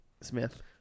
smith